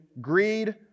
greed